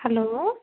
hello